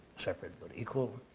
separate but equal,